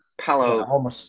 Palo